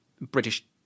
British